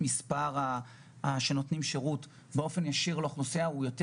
היא שמספר נותני השירות הישיר לאוכלוסייה יהיה יותר